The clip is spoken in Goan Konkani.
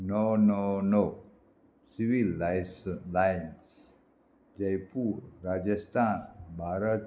णव णव णव सिवील लायस लायन्स जयपूर राजस्थान भारत